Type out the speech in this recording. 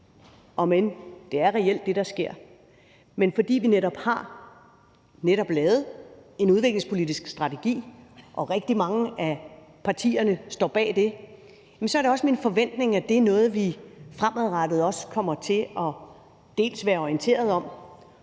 er det, der sker med forslaget. Men fordi vi netop har lavet en udviklingspolitisk strategi, som rigtig mange partier står bag, er det også min forventning, at det er noget, som vi også fremadrettet vil blive orienteret om